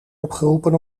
opgeroepen